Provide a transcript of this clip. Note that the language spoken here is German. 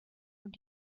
und